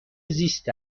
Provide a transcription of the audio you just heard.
زیست